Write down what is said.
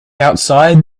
outside